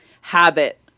habit